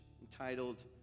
entitled